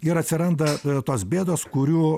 ir atsiranda tos bėdos kurių